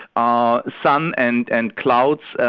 ah sun and and clouds,